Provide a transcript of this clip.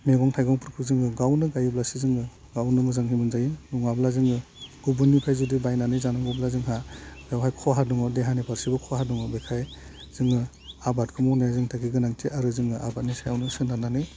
मैगं थाइगंफोरखौ जोङो गावनो गायोब्लासो जोङो गावनो मोजांहै मोनजायो नङाब्ला जोङो गुबुननिफ्राय जुदि बायनानै जानांगौब्ला जोंहा बेवहाय खहा दङ देहानि फारसेबो खहा दङ बेखायनो जोङो आबादखौ मावनाया जोंनि थाखाय गोनांथि आरो जोंनो आबादनि सायावनो सोनारनानै